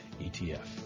ETF